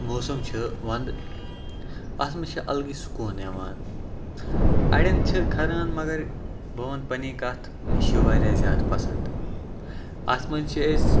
موسم چھِ وَنٛدٕ اَتھ منٛز چھِ الگٕے سکوٗن یِوان اَڑٮ۪ن چھِ کھران مگر بہٕ وَنہٕ پَنٕنۍ کَتھ مےٚ چھُ واریاہ زیادٕ پَسنٛد اَتھ منٛز چھِ أسۍ